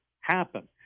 happen